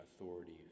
authority